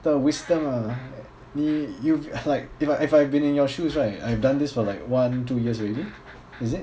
的 wisdom ah 你 you like if I if I've been in your shoes right I've done this for like one two years already is it